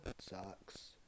sucks